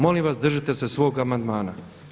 Molim vas držite se svoga amandmana.